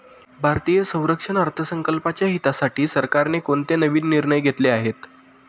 भारतीय संरक्षण अर्थसंकल्पाच्या हितासाठी सरकारने कोणते नवीन निर्णय घेतले आहेत?